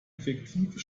effektive